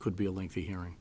could be a lengthy hearing